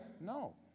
No